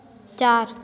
चार